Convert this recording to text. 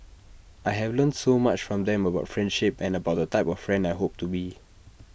I have learnt so much from them about friendship and about the type of friend I hope to be